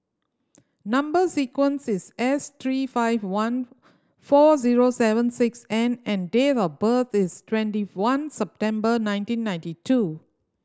number sequence is S three five one four zero seven six N and date of birth is twenty one September nineteen ninety two